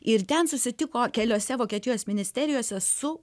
ir ten susitiko keliose vokietijos ministerijose su